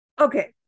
okay